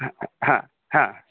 हा हा हा